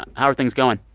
and how are things going?